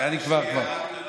כבר, כבר.